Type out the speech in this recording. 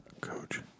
Coach